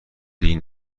این